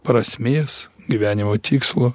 prasmės gyvenimo tikslo